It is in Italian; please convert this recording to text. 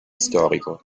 storico